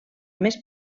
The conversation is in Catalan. més